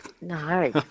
No